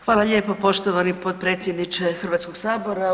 Hvala lijepo poštovani potpredsjedniče Hrvatskog sabora.